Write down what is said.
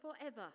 forever